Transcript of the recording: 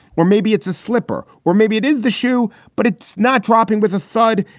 or maybe it's a slipper. or maybe it is the shoe, but it's not dropping with a thud.